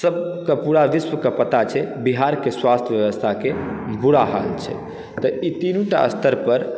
सबके पूरा विश्वके पता छै बिहारके स्वास्थ व्यवस्थाके बुरा हाल छै तऽ ई तिनुटा स्तरपर